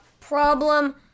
problem